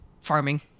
farming